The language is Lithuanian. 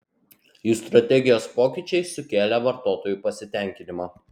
jų strategijos pokyčiai sukėlė vartotojų pasitenkinimą